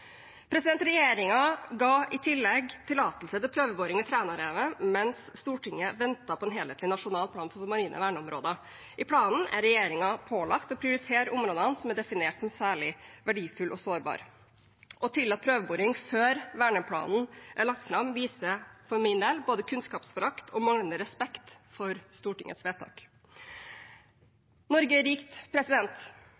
ga i tillegg tillatelse til prøveboring ved Trænarevet mens Stortinget ventet på en helhetlig nasjonal plan for marine verneområder. I planen er regjeringen pålagt å prioritere områdene som er definert som særlig verdifulle og sårbare. Å tillate prøveboring før verneplanen er lagt fram, viser for min del både kunnskapsforakt og manglende respekt for Stortingets vedtak.